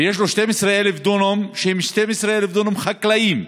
ויש לו 12,000 דונם שהם 12,000 דונם חקלאיים,